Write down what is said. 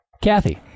kathy